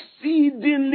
Exceedingly